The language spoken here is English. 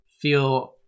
feel